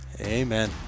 Amen